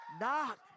Knock